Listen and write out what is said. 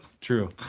True